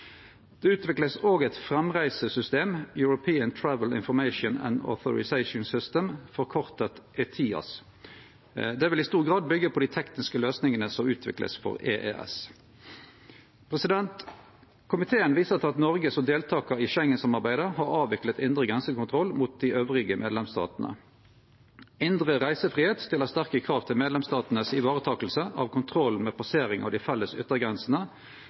Det vert òg utvikla eit framreisesystem, European Travel Information and Authorisation System, forkorta ETIAS. Det vil i stor grad verte bygd på dei tekniske løysingane som vert utvikla for EES. Komiteen viser til at Noreg som deltakar i Schengen-samarbeidet har avvikla indre grensekontroll mot dei andre medlemsstatane. Indre reisefridom stiller sterke krav til at medlemsstatane varetek kontrollen med passering av de felles